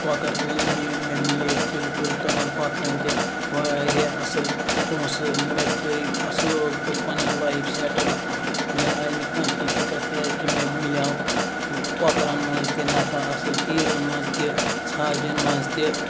کۄکَر تُلٕنۍ میٲنۍ مےٚ مِلے بِلکُل تِمَن کۄکرَن تہِ واریاہ اَصل پونٛسہِ مےٚ گے اَصٕل پٲٹھۍ پَنٕنۍ لایِف سیٚٹٕل مےٚ آے نہٕ کانٛہہ تہِ دِکَت کیاز کہِ مےٚ مِلیوٚو کۄکرَن مَنٛز تہِ نَفَع اَصل تیٖرَن مَنٛز تہِ ژھاوجَن مَنٛز تہِ